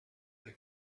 the